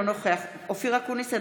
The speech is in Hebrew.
אינו נוכח אופיר אקוניס,